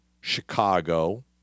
Chicago